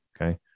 Okay